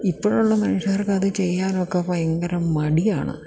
ഇപ്പോഴുള്ള മനുഷ്യർക്ക് അത് ചെയ്യാനൊക്കെ ഭയങ്കര മടിയാണ്